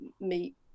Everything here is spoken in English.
meet